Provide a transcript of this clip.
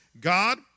God